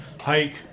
hike